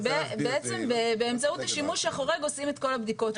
ובעצם באמצעות השימוש החורג עושים את כל הבדיקות.